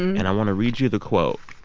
and i want to read you the quote.